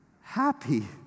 happy